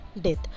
death